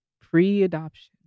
Pre-adoption